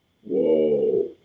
whoa